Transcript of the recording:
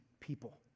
people